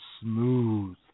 smooth